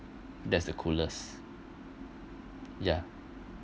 that's the coolest ya